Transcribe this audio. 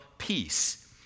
peace